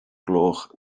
gloch